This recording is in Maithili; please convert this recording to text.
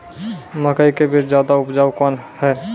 मकई के बीज ज्यादा उपजाऊ कौन है?